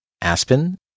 Aspen